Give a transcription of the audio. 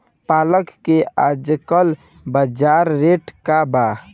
पालक के आजकल बजार रेट का बा?